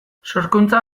sorkuntza